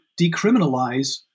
decriminalize